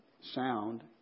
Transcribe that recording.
sound